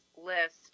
list